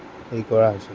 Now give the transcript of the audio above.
হেৰি কৰা হৈছে